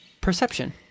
Perception